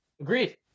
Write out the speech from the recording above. Agreed